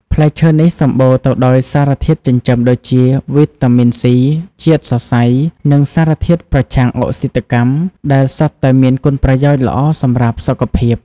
ផ្លែឈើនេះសម្បូរទៅដោយសារធាតុចិញ្ចឹមដូចជា វីតាមីន ស៊ី ជាតិសរសៃ និងសារធាតុប្រឆាំងអុកស៊ីតកម្ម ដែលសុទ្ធតែមានគុណប្រយោជន៍ល្អសម្រាប់សុខភាព។